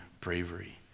Bravery